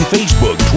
Facebook